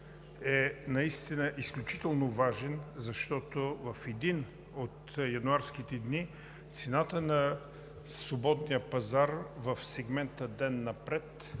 наистина е изключително важен, защото в един от януарските дни цената на свободния пазар в сегмента „Ден напред“